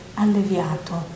alleviato